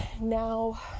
Now